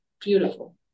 beautiful